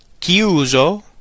Chiuso